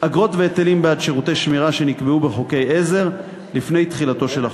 אגרות והיטלים בעד שירותי שמירה שנקבעו בחוקי עזר לפני תחילתו של החוק.